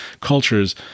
cultures